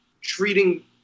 treating